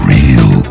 Real